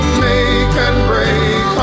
make-and-break